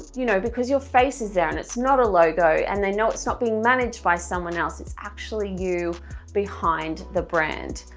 you know because your face is there and it's not a logo and they know it's not being managed by someone else it's actually you behind the brand.